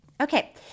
okay